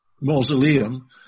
mausoleum